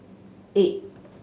eight